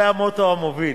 זה המוטו המוביל,